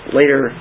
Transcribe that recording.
later